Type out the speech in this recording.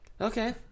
Okay